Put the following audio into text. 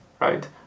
right